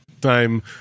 Time